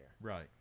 Right